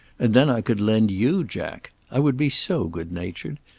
and then i could lend you jack. i would be so good-natured.